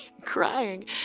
crying